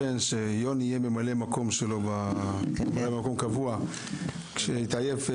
הוא התכוון שיוני יהיה ממלא מקום קבוע שלו כשאוריאל יתעייף.